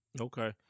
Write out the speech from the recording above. Okay